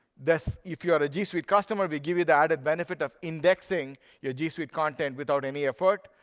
thus, if you are a g suite customer, we give you the added benefit of indexing your g suite content without any effort.